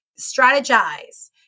strategize